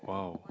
wow